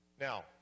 Now